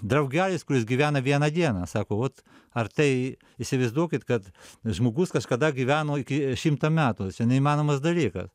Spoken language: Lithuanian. draugelis kuris gyvena vieną dieną sako ot ar tai įsivaizduokit kad žmogus kažkada gyveno iki šimto metų čia neįmanomas dalykas